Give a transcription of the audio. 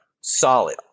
solid